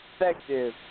effective